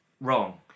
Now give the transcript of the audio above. wrong